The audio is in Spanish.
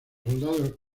soldados